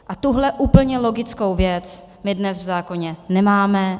A tuhle úplně logickou věc my dnes v zákoně nemáme.